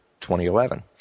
2011